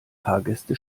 fahrgäste